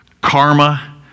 karma